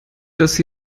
dass